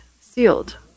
sealed